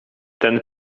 ten